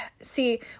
see